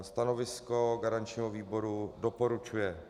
Stanovisko garančního výboru: doporučuje.